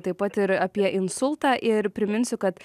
taip pat ir apie insultą ir priminsiu kad